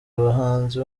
abahanzi